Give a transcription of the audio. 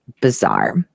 Bizarre